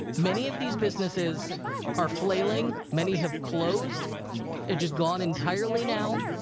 many of these businesses are flailing. many have closed and just gone entirely now,